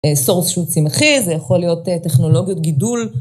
Source שהוא צמחי, זה יכול להיות טכנולוגיות גידול.